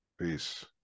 peace